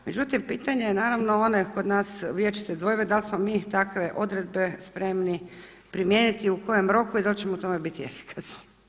Međutim, pitanje je naravno one kod nas vječite dvojbe da li smo mi takve odredbe spremni primijeniti i u kojem roku i da li ćemo u tome biti efikasni?